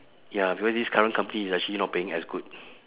ya because this current company is actually not paying as good